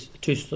two